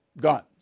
guns